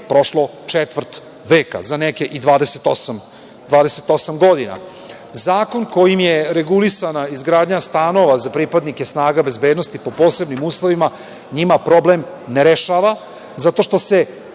prošlo četvrt veka, a za neke i 28 godina. Zakon kojim je regulisana izgradnja stanova za pripadnike snaga bezbednosti po posebnim uslovima njima problem ne rešava, zato što se